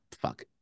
fuck